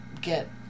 get